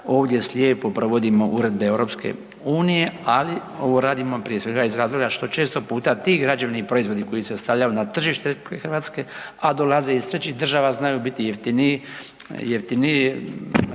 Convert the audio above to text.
ovdje slijepo provodimo uredbe Europske unije, ali ovo radimo prije svega iz razloga što često puta ti građevni proizvodi koji se stavljaju na tržište Hrvatske a dolaze iz trećih država znaju biti jeftiniji,